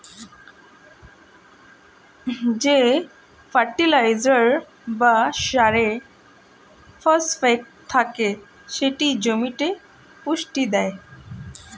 যে ফার্টিলাইজার বা সারে ফসফেট থাকে সেটি জমিতে পুষ্টি দেয়